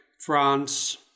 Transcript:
France